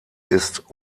ist